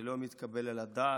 זה לא מתקבל על הדעת,